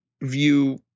view